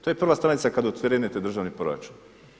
To je prva stranica kada okrenete državni proračun.